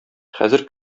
хәзер